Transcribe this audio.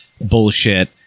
bullshit